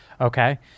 Okay